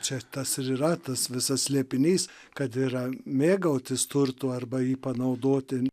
čia tas ir yra tas visas slėpinys kad yra mėgautis turtu arba jį panaudoti